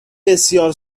بسیار